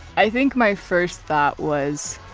i think my first thought was,